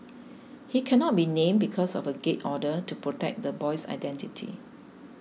he cannot be named because of a gag order to protect the boy's identity